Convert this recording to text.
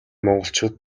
монголчууд